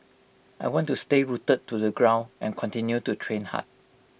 I want to stay rooted to the ground and continue to train hard